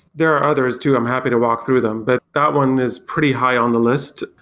there are others too. i'm happy to walk through them. but that one is pretty high on the list.